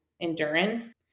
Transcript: endurance